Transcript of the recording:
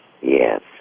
Yes